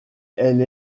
elle